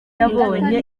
yabonye